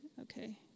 Okay